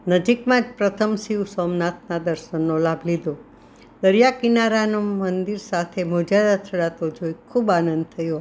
નજીકમાં જ પ્રથમ શિવ સોમનાથના દર્શનનો લાભ લીધો દરિયાકિનારાના મંદિર સાથે મોજાં અથડાતાં જોઈને ખૂબ આનંદ થયો